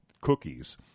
cookies